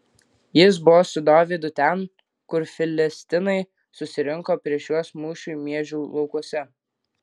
jis buvo su dovydu ten kur filistinai susirinko prieš juos mūšiui miežių laukuose